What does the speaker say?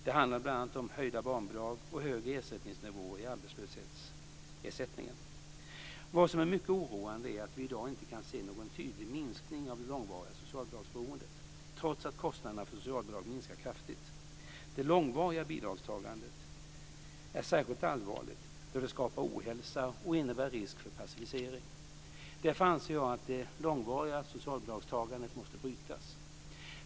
Det handlar bl.a. om höjda barnbidrag och högre ersättningsnivåer i arbetslöshetsersättningen. Vad som är mycket oroande är att vi i dag inte kan se någon tydlig minskning av det långvariga socialbidragsberoendet, trots att kostnaderna för socialbidrag minskar kraftigt. Det långvariga bidragstagandet är särskilt allvarligt då det skapar ohälsa och innebär risk för passivisering. Därför anser jag att det långvariga socialbidragstagandet måste brytas.